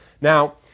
Now